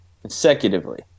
consecutively